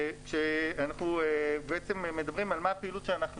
כשאנחנו מדברים על הפעילות שאנחנו